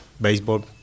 baseball